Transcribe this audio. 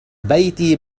بيتي